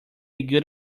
good